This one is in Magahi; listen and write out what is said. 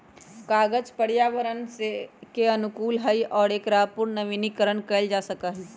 कागज पर्यावरण के अनुकूल हई और एकरा पुनर्नवीनीकरण कइल जा सका हई